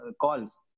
calls